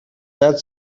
that